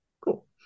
cool